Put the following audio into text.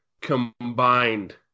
combined